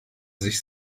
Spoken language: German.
sich